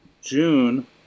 June